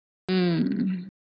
mm